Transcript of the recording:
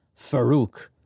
Farouk